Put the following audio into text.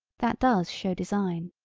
that does show design.